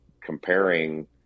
comparing